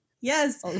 Yes